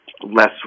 less